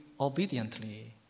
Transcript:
obediently